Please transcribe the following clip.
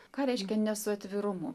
ką reiškia ne su atvirumu